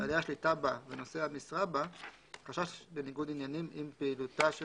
בעלי השליטה בה ונושאי המשרה בה חשש ניגוד עניינים עם פעילותה של